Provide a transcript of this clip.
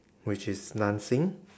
which is dancing